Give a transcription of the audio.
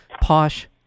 Posh